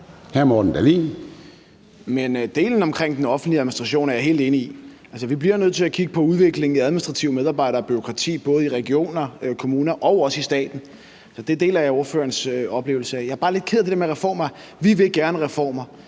Morten Dahlin (V): Delen omkring den offentlige administration er jeg helt enig i. Altså, vi bliver nødt til at kigge på udviklingen i administrative medarbejdere og bureaukrati, både i regioner, kommuner og staten. Så det deler jeg ordførerens oplevelse af. Jeg er bare lidt ked af det der med reformer,